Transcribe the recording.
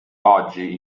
oggi